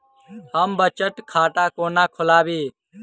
हम बचत खाता कोना खोलाबी?